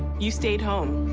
you stayed home.